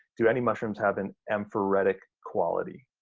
do any mushrooms have an amphoretic quality?